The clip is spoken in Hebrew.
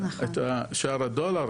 את שער הדולר,